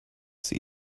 sie